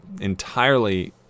entirely